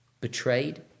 Betrayed